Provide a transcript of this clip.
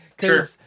Sure